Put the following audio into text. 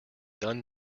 done